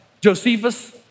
Josephus